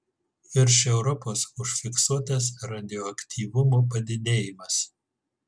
virš europos užfiksuotas radioaktyvumo padidėjimas